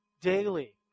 daily